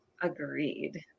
agreed